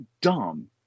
dumb